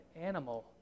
animal